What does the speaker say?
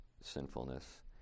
sinfulness